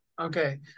Okay